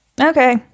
okay